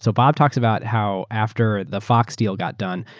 so bob talks about how after the fox deal got done,